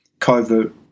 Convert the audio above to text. Covert